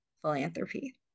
philanthropy